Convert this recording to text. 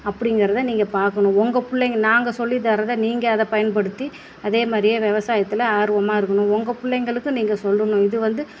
அப்படிங்கிறத நீங்கள் பார்க்கணும் உங்கள் பிள்ளைங்க நாங்கள் சொல்லி தர்றத நீங்கள் அதை பயன்படுத்தி அதே மாதிரியே விவசாயத்தில் ஆர்வமாக இருக்கணும் உங்கள் பிள்ளைங்களுக்கும் நீங்கள் சொல்லணும் இது வந்து